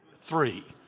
three